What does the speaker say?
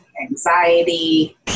anxiety